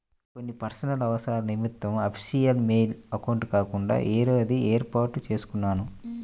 కొన్ని పర్సనల్ అవసరాల నిమిత్తం అఫీషియల్ మెయిల్ అకౌంట్ కాకుండా వేరేది వేర్పాటు చేసుకున్నాను